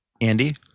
Andy